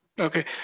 Okay